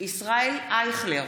ישראל אייכלר,